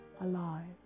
alive